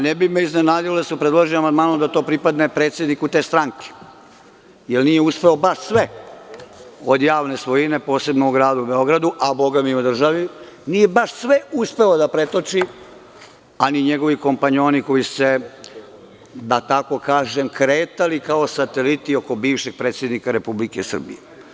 Ne bi me iznenadilo da su predloženim amandmanom da to pripadne predsedniku te stranke, jer nije uspeo baš sve od javne svojine, posebno u gradu Beogradu, a bogami i u ovoj državi, da pretoči, a ni njegovi kompanjoni koji su se, da tako kažem, kretali kao sateliti oko bivšeg predsednika Republike Srbije.